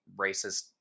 racist